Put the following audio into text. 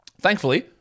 thankfully